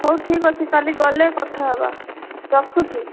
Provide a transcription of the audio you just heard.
ହଉ ଠିକ୍ଅଛି କାଲି ଗଲେ କଥା ହେବା ରଖୁଛି